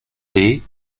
lait